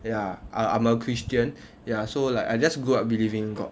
ya I I'm a christian ya so like I just grew up believing god